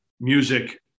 music